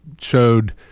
showed